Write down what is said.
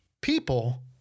people